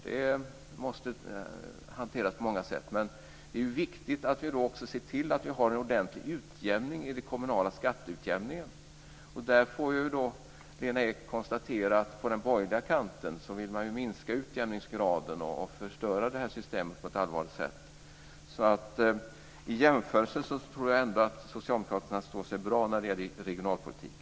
Det måste hanteras på många sätt. Men det är viktigt att vi då också ser till att ha en ordentlig utjämning i den kommunala skatteutjämningen. Där får Lena Ek konstatera att man på den borgerliga kanten vill minska utjämningsgraden och förstöra det här systemet på ett allvarligt sätt. I jämförelse tror jag ändå att socialdemokraterna står sig bra när det gäller regionalpolitiken.